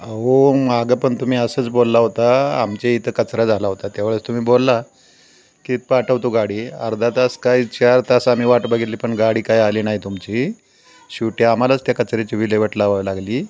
अहो मागं पण तुम्ही असंच बोलला होता आमच्या इथं कचरा झाला होता त्या वेळेस तुम्ही बोलला की पाठवतो गाडी अर्धा तास काही चार तास आम्ही वाट बघितली पण गाडी काय आली नाही तुमची शेवटी आम्हालाच त्या कचऱ्याची विल्हेवाट लावावी लागली